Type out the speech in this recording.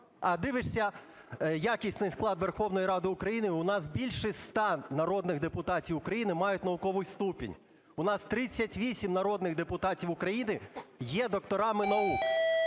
А дивишся якісний склад Верховної Ради України - у нас більше ста народних депутатів України мають науковий ступінь. У нас 38 народних депутатів України є докторами наук.